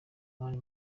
mani